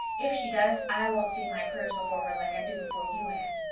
if she does i won't say my prayers before her like i do before you, anne.